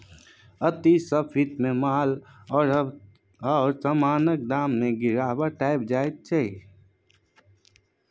अति स्फीतीमे माल आओर समानक दाममे गिरावट आबि जाएल करैत छै